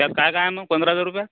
त्यात काय काय येणार पंधरा हजार रुपयात